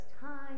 time